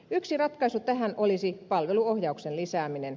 yksi ratkaisu tähän olisi palveluohjauksen lisääminen